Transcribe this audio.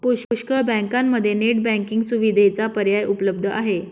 पुष्कळ बँकांमध्ये net banking सुविधेचा पर्याय उपलब्ध आहे